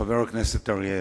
חבר הכנסת אריה אלדד.